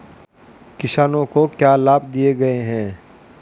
किसानों को क्या लाभ दिए गए हैं?